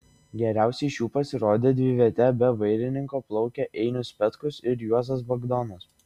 geriausiai iš jų pasirodė dviviete be vairininko plaukę einius petkus ir juozas bagdonas